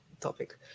topic